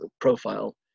profile